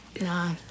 nah